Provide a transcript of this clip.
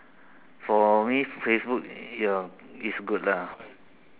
for me Facebook ya is good lah